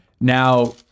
Now